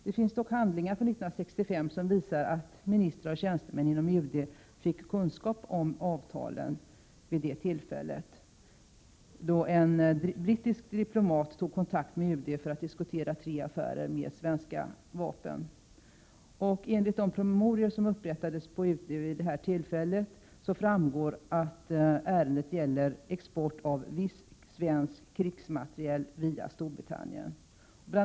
Det finns dock handlingar från 1965 som visar att ministrar och tjänstemän inom UD fick kunskap om avtalen vid ett tillfälle då en brittisk diplomat tog kontakt med UD för att diskutera tre affärer med svenska vapen. Av de promemorior som upprättades vid UD vid det här tillfället framgår att ärendet gäller export av viss svensk krigsmateriel via Storbritannien. Bl.